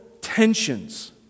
tensions